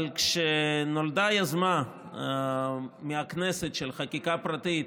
כשנולדה היוזמה מהכנסת, בחקיקה פרטית,